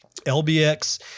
LBX